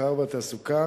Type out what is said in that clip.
המסחר והתעסוקה